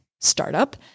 startup